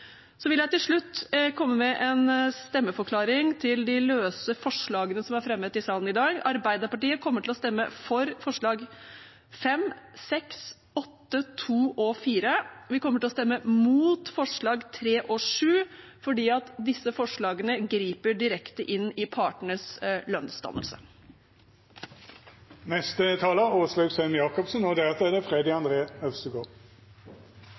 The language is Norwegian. Så vil jeg til slutt komme med en stemmeforklaring til de løse forslagene som er fremmet i salen i dag. Arbeiderpartiet kommer til å stemme for forslagene nr. 2, 4, 5, 6 og 8. Vi kommer til å stemme imot forslagene nr. 3 og 7, fordi disse forslagene griper direkte inn i partenes lønnsdannelse.